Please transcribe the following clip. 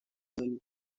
lluny